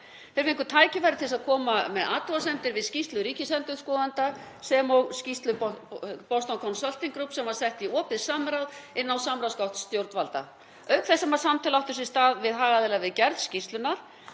Þeir fengu tækifæri til þess að koma með athugasemdir við skýrslu ríkisendurskoðanda sem og skýrslu Boston Consulting Group sem var sett í opið samráð inn á samráðsgátt stjórnvalda auk þess sem samtöl áttu sér stað við hagaðila við gerð skýrslunnar.